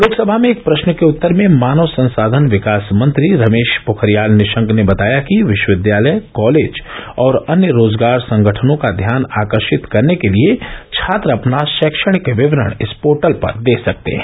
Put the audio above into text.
लोकसभा में एक प्रश्न के उत्तर में मानव संसाधन विकास मंत्री रमेश पोखरियाल निशंक ने बताया कि विश्वविद्यालय कॉलेज और अन्य रोजगार संगठनों का ध्यान आकर्षित करने के लिए छात्र अपना शैक्षणिक विवरण इस पोर्टल पर दे सकते हैं